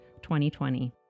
2020